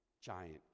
giant